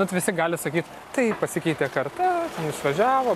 kad visi gali sakyt tai pasikeitė karta išvažiavo